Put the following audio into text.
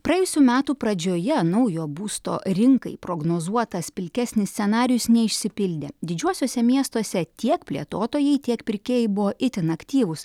praėjusių metų pradžioje naujo būsto rinkai prognozuotas pilkesnis scenarijus neišsipildė didžiuosiuose miestuose tiek plėtotojai tiek pirkėjai buvo itin aktyvūs